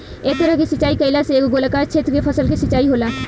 एह तरह के सिचाई कईला से एगो गोलाकार क्षेत्र के फसल के सिंचाई होला